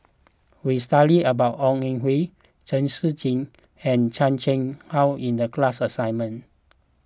we studied about Ong Ah Hoi Chen Shiji and Chan Chang How in the class assignment